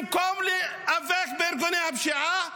במקום להיאבק בארגוני הפשיעה,